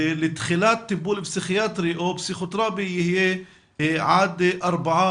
ולתחילת טיפול פסיכיאטרי או פסיכותרפי יהיה עד ארבעה